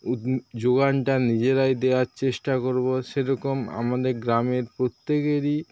যোগানটা নিজেরাই দেওয়ার চেষ্টা করব সেরকম আমাদের গ্রামের প্রত্যেকেরই